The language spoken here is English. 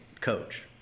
coach